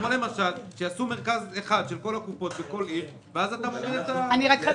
למשל שיעשו מרכז אחד של כל קופות החולים בכל עיר וזה יוזיל את המחיר.